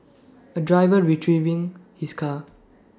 A driver retrieving his car